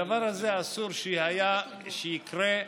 הדבר הזה, היה אסור שיקרה,